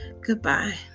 goodbye